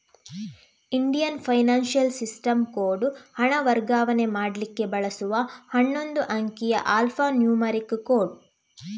Indian financial system code ಹಣ ವರ್ಗಾವಣೆ ಮಾಡ್ಲಿಕ್ಕೆ ಬಳಸುವ ಹನ್ನೊಂದು ಅಂಕಿಯ ಆಲ್ಫಾ ನ್ಯೂಮರಿಕ್ ಕೋಡ್